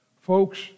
Folks